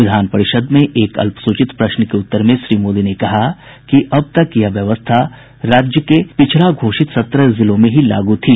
विधान परिषद् में एक अल्पसूचित प्रश्न के उत्तर में श्री मोदी ने कहा कि अब तक यह योजना प्रदेश के पिछड़ा घोषित सत्रह जिलों में ही लागू थी